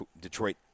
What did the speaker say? Detroit